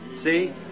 See